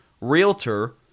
realtor